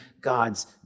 God's